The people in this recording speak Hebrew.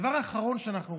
הדבר האחרון שאנחנו רוצים,